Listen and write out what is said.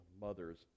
mother's